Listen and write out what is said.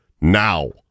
now